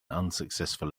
unsuccessful